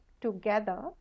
together